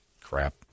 crap